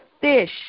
fish